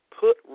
Put